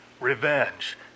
revenge